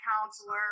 counselor